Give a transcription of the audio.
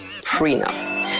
prenup